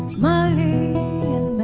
molly